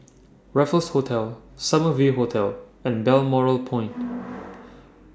Raffles Hotel Summer View Hotel and Balmoral Point